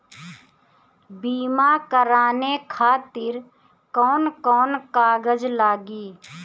बीमा कराने खातिर कौन कौन कागज लागी?